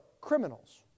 criminals